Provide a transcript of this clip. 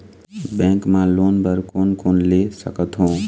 Bank मा loan बर कोन कोन ले सकथों?